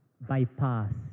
bypass